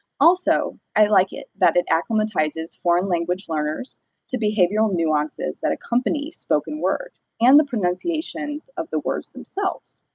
also, i like it that it acclimatizes foreign language learners to behavioral nuances that accompany spoken word, word, and the pronunciations of the words themselves.